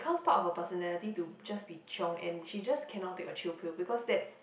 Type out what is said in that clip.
counts part of her personality to just be chiong and she just cannot take a chill pill because that's